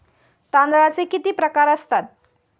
तांदळाचे किती प्रकार असतात?